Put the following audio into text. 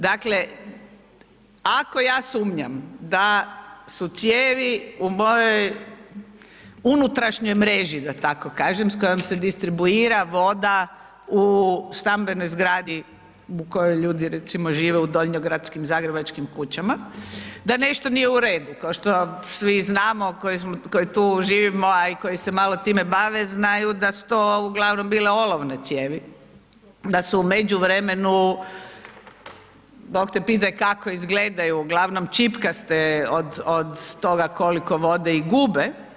Dakle, ako ja sumnjam da su cijevi u mojoj unutrašnjoj mreži, da tako kažem, s kojom se distribuira voda u stambenoj zgradu u kojoj ljudi recimo, žive, u donjogradskim, zagrebačkim kućama, da nešto nije u redu, kao što svi znamo koji tu živimo, a i koji se malo time bave, znaju da su to uglavnom bile olovne cijevi, da su u međuvremenu Bog te pitaj kako izgledaju, uglavnom čipkaste od toga koliko vode i gube.